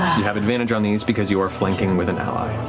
you have advantage on these because you are flanking with an ally.